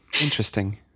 Interesting